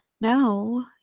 no